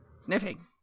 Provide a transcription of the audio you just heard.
Sniffing